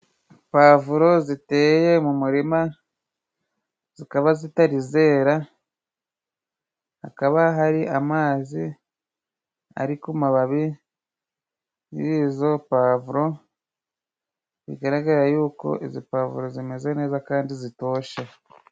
Pavuro ziteye mu murima zikaba zitari zera, hakaba hari amazi ari ku mababi y'izo pavuro ,bigaragara yuko izi pavuro zimeze neza kandi zitoshe.